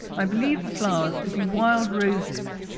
i believe the flowers to be wild roses,